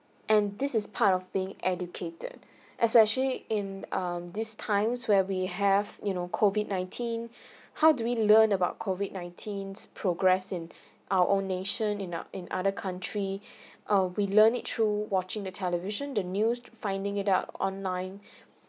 and this is part of being educated especially in um this times where we have you know COVID nineteen how do we learn about COVID nineteens progress in our own nation in our in other country uh we learned through watching the television the news finding it out online